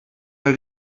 der